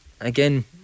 again